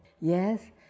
Yes